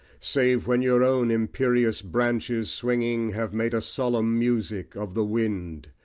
save when your own imperious branches swinging, have made a solemn music of the wind!